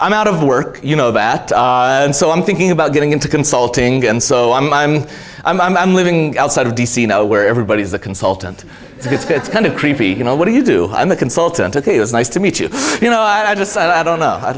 i'm out of work you know that and so i'm thinking about getting into consulting and so i'm i'm i'm living outside of d c you know where everybody is a consultant it's kind of creepy you know what do you do i'm a consultant ok it's nice to meet you you know i just i don't know